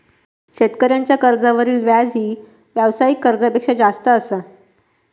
शेतकऱ्यांच्या कर्जावरील व्याजही व्यावसायिक कर्जापेक्षा जास्त असा